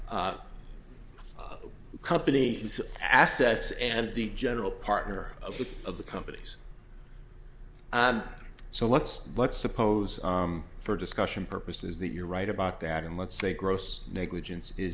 company its assets and the general partner of the of the companies so let's let's suppose for discussion purposes that you're right about that and let's say gross negligence is